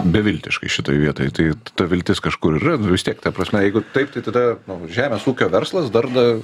beviltiškai šitoj vietoj tai ta viltis kažkur yra nu vis tiek ta prasme jeigu taip tai tada nu žemės ūkio verslas darda